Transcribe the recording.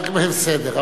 בסדר.